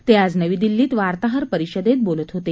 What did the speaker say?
ते आज नवी दिल्लीत वार्ताहर परिषदेत बोलत होते